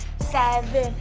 seven,